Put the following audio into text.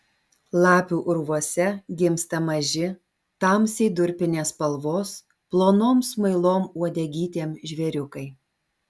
lapių urvuose gimsta maži tamsiai durpinės spalvos plonom smailom uodegytėm žvėriukai